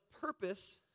purpose